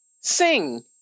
sing